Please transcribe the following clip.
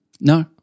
No